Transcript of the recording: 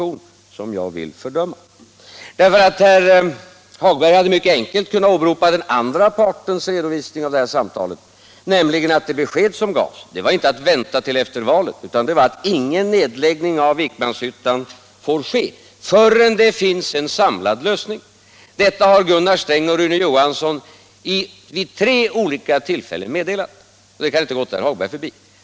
Herr Hagberg hade mycket bä Om åtgärder för att säkra sysselsättningen inom enkelt kunnat åberopa den andra partens redovisning av det här samtalet, nämligen att det besked som gavs var att ingen nedläggning av Vikmanshyttan får ske förrän det finns en samlad lösning. Detta har Gunnar Sträng och Rune Johansson meddelat vid tre olika tillfällen, och det kan inte ha gått herr Hagberg förbi.